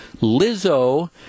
Lizzo